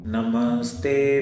Namaste